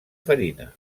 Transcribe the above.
farina